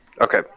Okay